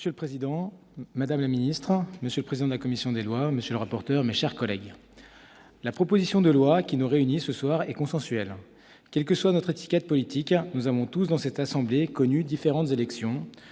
Monsieur le président, madame la ministre, monsieur le président de la commission des lois, monsieur le rapporteur, mes chers collègues, la proposition de loi qui nous réunit ce soir est consensuelle. Quelle que soit notre étiquette politique, nous avons tous, dans cette assemblée, connu différentes élections